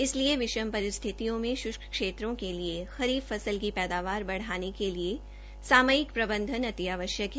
इसलिए विषम परिस्थितियों में शुष्क क्षेत्रों के लिए खरीफ फसल की पैदावार बढ़ाने के लिए सामयिक प्रबंधन अति आवश्यक है